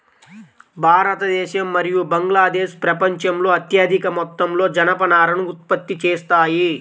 భారతదేశం మరియు బంగ్లాదేశ్ ప్రపంచంలో అత్యధిక మొత్తంలో జనపనారను ఉత్పత్తి చేస్తాయి